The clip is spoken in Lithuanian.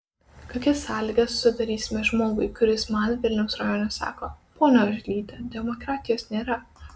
kokias sąlygas sudarysime žmogui kuris man vilniaus rajone sako ponia oželyte demokratijos nėra